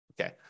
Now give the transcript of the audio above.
Okay